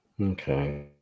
Okay